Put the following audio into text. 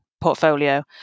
portfolio